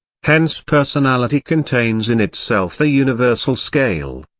hence personality contains in itself the universal scale,